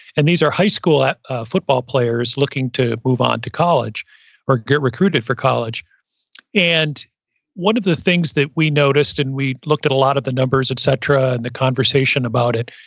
and these are high school football players looking to move onto college or get recruited for college and one of the things that we noticed, and we looked at a lot of the numbers, et cetera, and the conversation about it,